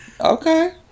okay